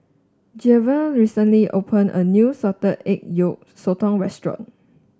Jayvion recently opened a new Salted Egg Yolk Sotong restaurant